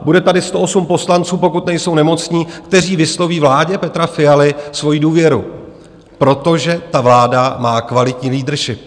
Bude tady 108 poslanců, pokud nejsou nemocní, kteří vysloví vládě Petra Fialy svoji důvěru, protože ta vláda má kvalitní leadership.